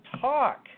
talk